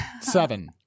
Seven